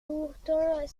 pourtant